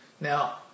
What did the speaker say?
Now